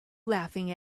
laughing